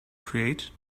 create